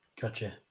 gotcha